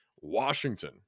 Washington